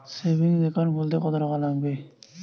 Savings account খুলতে কতটাকা লাগবে?